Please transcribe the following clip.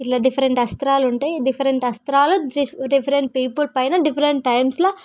ఇట్ల డిఫరెంట్ అస్త్రాలు ఉంటాయి డిఫరెంట్ అస్త్రాలు డిఫరెంట్ పీపుల్ పైన డిఫరెంట్ టైమ్స్ల